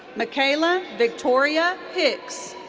mikala victoria hicks.